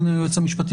אדוני היועץ המשפטי,